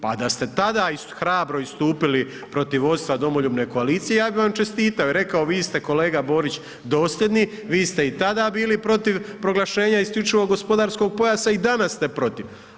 Pa da ste tada hrabro istupili protiv vodstva Domoljubne koalicije, ja bih vam čestitao i rekao vi ste kolega Borić dosljedni, vi ste i tada bili protiv proglašenja isključivog gospodarskog pojasa i danas ste protiv.